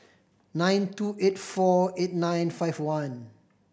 nine two eight four eight nine five one